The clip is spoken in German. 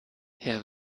herr